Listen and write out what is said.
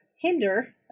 hinder